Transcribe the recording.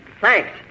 Thanks